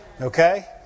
Okay